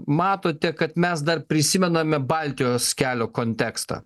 matote kad mes dar prisimename baltijos kelio kontekstą